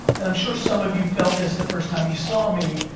and i'm sure some of you felt this the first time you saw me,